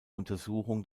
untersuchung